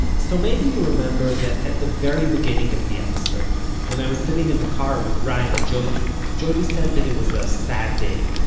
so maybe you remember that at the very beginning of the episode, when i was sitting in the car with brian and jody, jody said that it was a sad day.